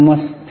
नमस्ते